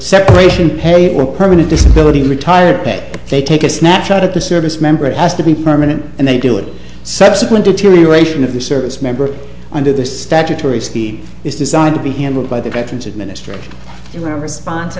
separation pay or permanent disability retired pay they take a snapshot of the service member it has to be permanent and they do it subsequent deterioration of the service member under the statutory scheme is designed to be handled by the reference administrator in response to